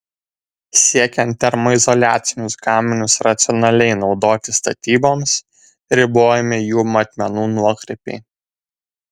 siekiant termoizoliacinius gaminius racionaliai naudoti statyboms ribojami jų matmenų nuokrypiai